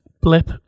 blip